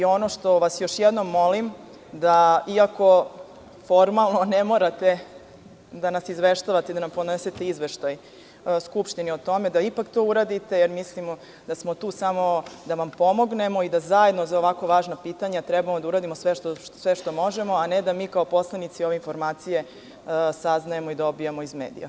Ono što vas još jednom molim, iako formalno ne morate da nas izveštavate i podnosite izveštaj Skupštini o tome, da ipak touradite, jer mislimo da smo tu samo da vam pomognemo i da zajedno za ovako važna pitanja treba da uradimo sve što možemo, a ne da mi kao poslanici ove informacije saznajemo i dobijamo iz medija.